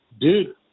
Dude